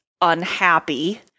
unhappy